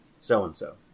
so-and-so